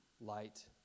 light